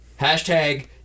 Hashtag